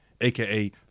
AKA